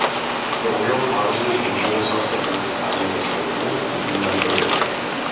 daugiau bazių už buvusios sovietų sąjungos ribų ji neturi